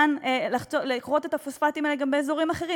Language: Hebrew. אפשר לכרות את הפוספטים האלה גם באזורים אחרים,